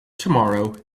tomorrow